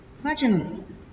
Imagine